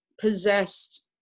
possessed